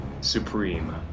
supreme